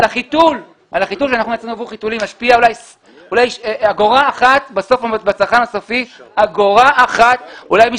החיתול ואולי בסוף מדובר באגורה אחת לצרכן הסופי.